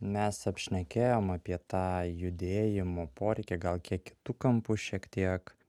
mes apšnekėjom apie tą judėjimo poreikį gal kiek kitu kampu šiek tiek